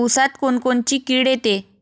ऊसात कोनकोनची किड येते?